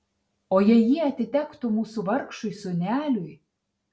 o jei jie atitektų mūsų vargšui sūneliui